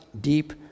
deep